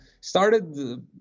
started